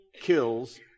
kills